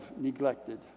neglected